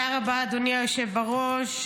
תודה רבה, אדוני היושב בראש.